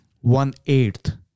one-eighth